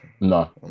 no